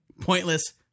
pointless